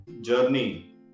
journey